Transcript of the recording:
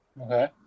Okay